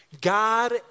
God